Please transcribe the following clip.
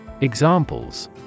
Examples